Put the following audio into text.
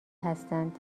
هستند